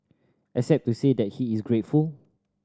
except to say that he is grateful